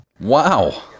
Wow